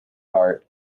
art